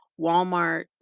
Walmart